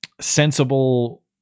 sensible